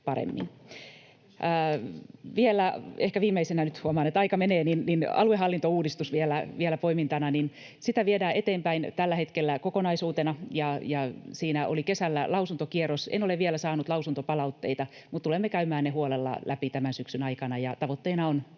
Vielä ehkä viimeisenä poimintana — nyt huomaan että aika menee — aluehallintouudistus. Sitä viedään eteenpäin tällä hetkellä kokonaisuutena, ja siinä oli kesällä lausuntokierros. En ole vielä saanut lausuntopalautteita, mutta tulemme käymään ne huolella läpi tämän syksyn aikana, ja tavoitteena on